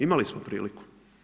Imali smo priliku.